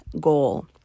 goal